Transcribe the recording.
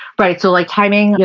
right, so like timing, yeah